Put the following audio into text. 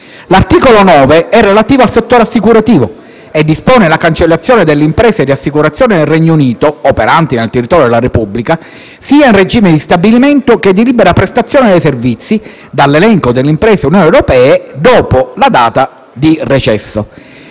L'articolo 9 è relativo al settore assicurativo e dispone la cancellazione delle imprese di assicurazione del Regno Unito operanti nel territorio della Repubblica, in regime sia di stabilimento sia di libera prestazione dei servizi, dall'elenco delle imprese dell'Unione europea dopo la data di recesso.